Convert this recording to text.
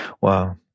wow